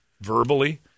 verbally